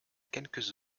quelques